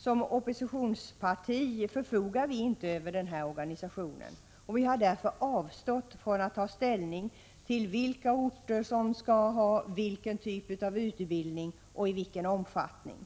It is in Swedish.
Som oppositionsparti förfogar vi inte över denna organisation. Vi har därför avstått från att ta ställning till vilka orter som skall ha vilken typ av utbildning och i vilken omfattning.